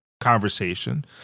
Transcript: conversation –